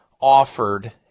offered